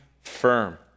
firm